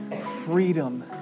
freedom